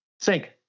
Sink